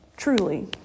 Truly